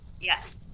Yes